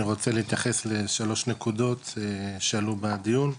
אני רוצה להתייחס לשלוש נקודות שעלו בדיון,